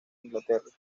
inglaterra